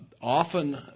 often